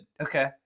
Okay